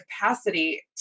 capacity